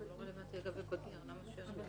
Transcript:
אם לא, הם לא יראו אותו גם כשהקטין הפך להיות